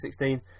2016